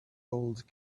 old